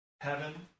Heaven